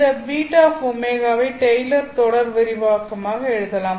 இந்த βω ஐ டெய்லர் தொடர் விரிவாக்கமாக எழுதலாம்